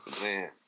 Man